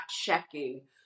checking